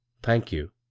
thank you,